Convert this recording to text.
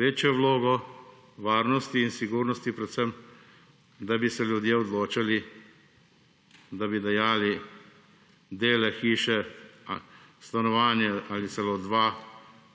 večjo vlogo varnosti in sigurnosti, predvsem da bi se ljudje odločali, da bi dajali dele hiše, stanovanje ali celo dva